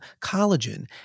collagen